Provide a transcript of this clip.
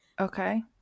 Okay